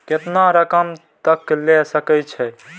केतना रकम तक ले सके छै?